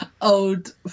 old